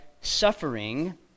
suffering